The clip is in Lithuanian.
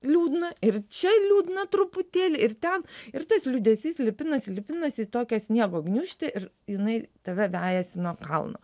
liūdna ir čia liūdna truputėlį ir ten ir tas liūdesys lipinasi lipinasi į tokią sniego gniūžtę ir jinai tave vejasi nuo kalno